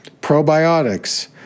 probiotics